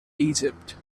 egypt